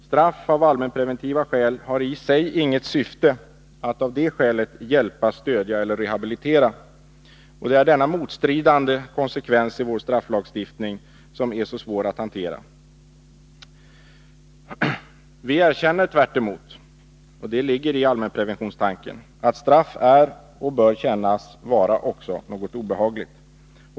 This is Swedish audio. Straff av allmänpreventiva skäl har i sig inget syfte att av det skälet hjälpa, stödja eller rehabilitera. Det är denna motstridande konsekvens i vår strafflagstiftning som är så svår att hantera. Vi erkänner tvärtom — det ligger i allmänpreventionstanken — att straff är och bör erkännas vara något obehagligt.